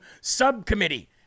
Subcommittee